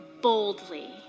boldly